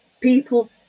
people